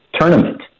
tournament